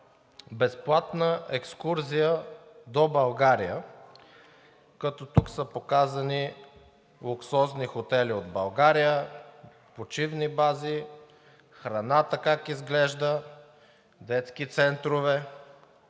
безплатна екскурзия до България, като тук са показани луксозни хотели от България, почивни бази, храната как изглежда, детски центрове,